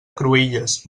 cruïlles